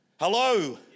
Hello